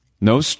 no